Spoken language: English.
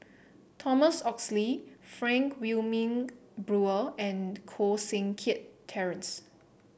Thomas Oxley Frank Wilmin Brewer and Koh Seng Kiat Terence